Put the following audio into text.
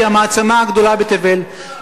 שהיא המעצמה הגדולה בתבל.